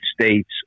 States